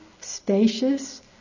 spacious